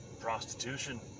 Prostitution